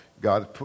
God